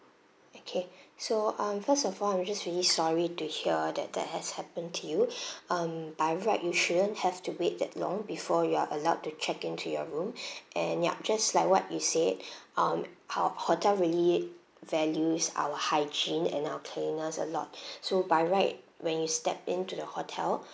okay so um first of all I'm just really sorry to hear that that has happened to you um by right you shouldn't have to wait that long before you are allowed to check in to your room and yup just like what you said um our hotel really values our hygiene and our cleaners a lot so by right when you step into the hotel